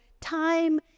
time